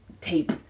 tape